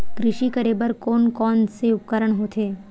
कृषि करेबर कोन कौन से उपकरण होथे?